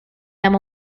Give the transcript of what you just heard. them